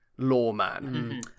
lawman